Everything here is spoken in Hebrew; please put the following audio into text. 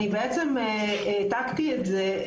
אני בעצם העתקתי את זה,